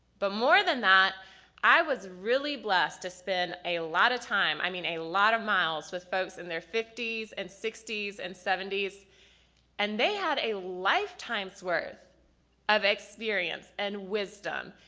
but more than that i was really blessed to spend a lot of time, i mean, a lot of miles with folks in their fifty s and sixty s and seventy s and they had a lifetimes worth of experience and wisdom.